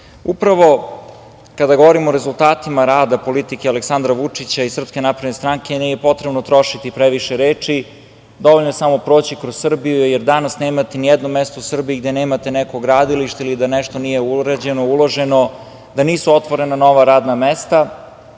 kada govorimo o rezultatima rada politike Aleksandra Vučića i SNS nije potrebno trošiti previše reči. Dovoljno je samo proći kroz Srbiju, jer danas nemate ni jedno mesto u Srbiji gde nemate neko gradilište ili da nešto nije urađeno, uloženo, da nisu otvorena nova radna mesta.